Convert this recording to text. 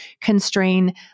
constrain